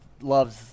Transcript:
loves